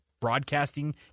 broadcasting